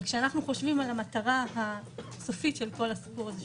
אבל כשאנחנו חושבים על המטרה הסופית של כל הסיפור הזה,